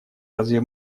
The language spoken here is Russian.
разве